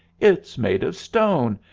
it's made of stone,